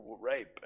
rape